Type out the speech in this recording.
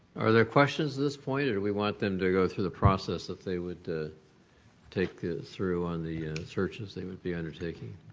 are there questions at this point or we want them to go through the process that they would take through on the searches they would be undertaking?